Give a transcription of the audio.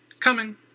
Coming